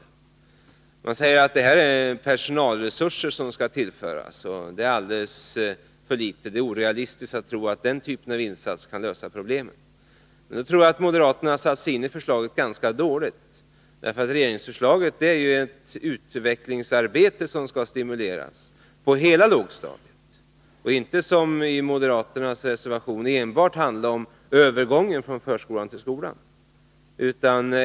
Moderaterna säger att det är personalresurser som skall tillföras, att det är alldeles för litet och att det är orealistiskt att tro att denna typ avinsats kan lösa problemen. Men jag tror att moderaterna har satt sig in i förslaget ganska dåligt. Regeringen föreslår ju att ett utvecklingsarbete skall stimuleras på hela lågstadiet och inte, som föreslås i moderaternas reservation, enbart handla om övergången från förskolan till skolan.